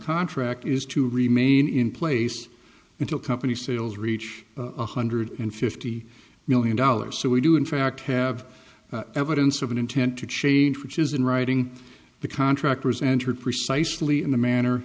contract is to remain in place until company sales reach one hundred and fifty million dollars so we do in fact have evidence of an intent to change which is in writing the contractors and heard precisely in the manner